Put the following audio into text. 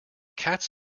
cats